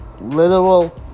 literal